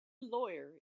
lawyer